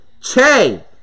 Che